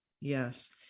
yes